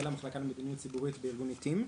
מנהל המחלקה למדיניות ציבורית בארגון עיתים.